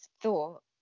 thought